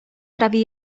prawie